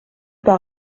par